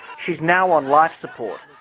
she is now on life support.